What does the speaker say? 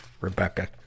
Rebecca